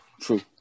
True